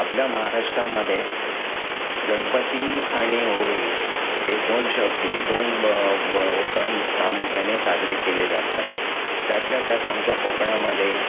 आपल्या महाराष्ट्रामध्ये गणपती आणि होळी हे दोन शब हे दोन सण प्रामुख्याने साजरे केले जातात त्यातल्या त्यात आमच्या कोकणामध्ये